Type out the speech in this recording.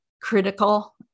critical